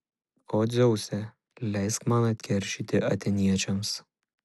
o dzeuse leisk man atkeršyti atėniečiams